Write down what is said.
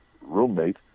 roommate